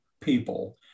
people